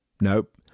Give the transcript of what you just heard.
Nope